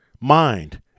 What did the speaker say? mind